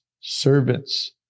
servants